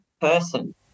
person